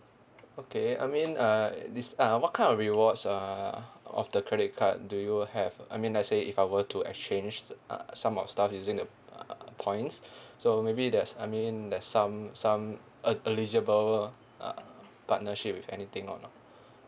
okay I mean uh this uh what kind of rewards uh of the credit card do you have I mean let say if I were to exchange uh some of stuff using the uh points so maybe there's I mean there's some some uh eligible uh partnership with anything or not